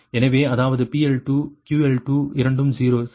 எனவே அதாவது PL2 QL2 இரண்டும் 0 சரியா